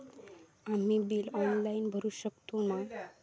आम्ही bill online भरुक शकतू मा?